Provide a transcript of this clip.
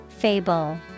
Fable